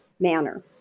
manner